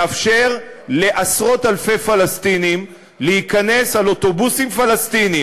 לאפשר לעשרות-אלפי פלסטינים להיכנס באוטובוסים פלסטיניים,